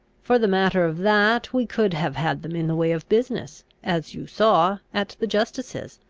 for the matter of that, we could have had them in the way of business, as you saw, at the justice's.